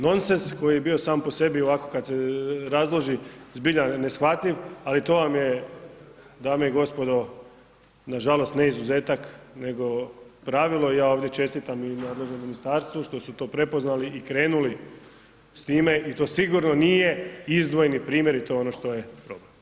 Nonsens koji je bio sam po sebi ovako kad se razloži zbilja neshvatljiv, ali to vam je dame i gospodo, nažalost ne izuzetak nego pravilo i ja ovdje čestitam i nadležnom ministarstvu što su to prepoznali krenuli s time i to sigurno nije izdvojeni primjer i to je ono što je dobro.